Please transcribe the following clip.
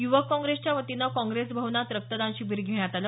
युवक काँग्रेसच्या वतीनं काँग्रेस भवनात रक्तदान शिबिर घेण्यात आलं